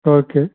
okay